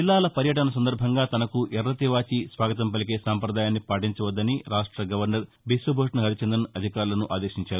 జిల్లాల పర్యటన సందర్భంగా తనకు ఎర్రతివాచి స్వాగతం పలికే సంపదాయాన్ని పాటించవద్దని రాష్ట్ర గవర్నర్ బిశ్వభూషణ్ హరిచందన్ అధికారులను ఆదేశించారు